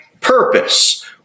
purpose